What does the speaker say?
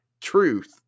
Truth